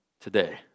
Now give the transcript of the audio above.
today